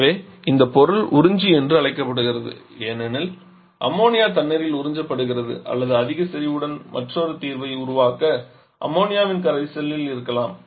எனவே இந்த பொருள் உறிஞ்சி என்று அழைக்கப்படுகிறது ஏனெனில் அம்மோனியா தண்ணீரில் உறிஞ்சப்படுகிறது அல்லது அதிக செறிவுடன் மற்றொரு தீர்வை உருவாக்க அம்மோனியாவின் கரைசலில் இருக்கலாம்